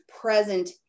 present